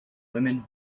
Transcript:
women